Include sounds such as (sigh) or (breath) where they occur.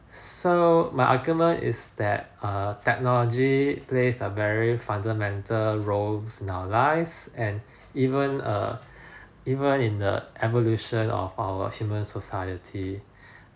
so my argument is that uh technology place a very fundamental roles in our lives and even err (breath) even in the evolution of our human society